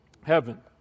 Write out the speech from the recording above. Heaven